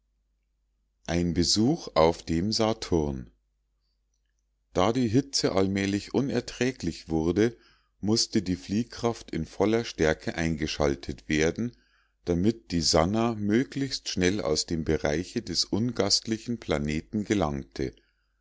ein besuch auf dem saturn da die hitze allmählich unerträglich wurde mußte die fliehkraft in voller stärke eingeschaltet werden damit die sannah möglichst schnell aus dem bereiche des ungastlichen planeten gelangte